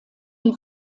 die